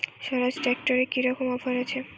স্বরাজ ট্র্যাক্টরে কি রকম অফার আছে?